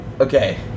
Okay